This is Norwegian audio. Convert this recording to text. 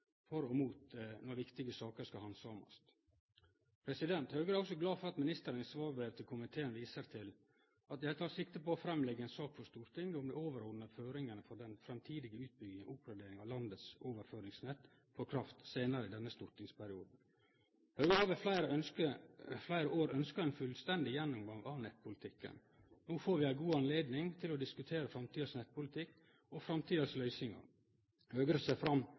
viktige saker skal handsamast. Høgre er også glad for at ministeren i svarbrev til komiteen seier: «Jeg tar sikte på å framlegge en sak for Stortinget om de overordnede føringene for den fremtidige utbygging og oppgradering av landets overføringsnett for kraft senere i denne stortingsperioden.» Høgre har i fleire år ønskt ein fullstendig gjennomgang av nettpolitikken. No får vi ei god anledning til å diskutere framtidas nettpolitikk og framtidas løysingar. Høgre ser fram